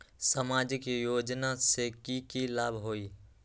सामाजिक योजना से की की लाभ होई?